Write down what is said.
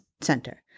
center